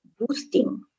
boosting